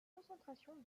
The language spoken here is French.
concentration